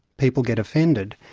people get offended.